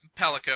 Pelico